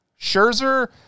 Scherzer